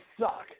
suck